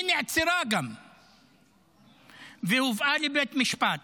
היא גם נעצרה והובאה לבית המשפט.